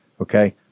okay